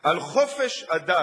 על חופש הדת.